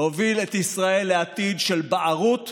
להוביל את ישראל לעתיד של בערות,